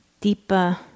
deeper